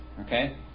Okay